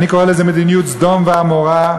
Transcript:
אני קורא לזה מדיניות סדום ועמורה,